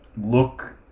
look